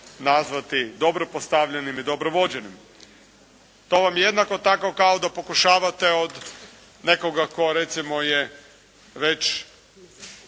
nazvati dobro postavljenim i dobro vođenim. To vam je jednako tako da pokušavate od nekoga tko recimo je već